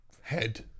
head